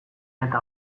eta